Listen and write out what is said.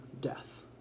death